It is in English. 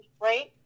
right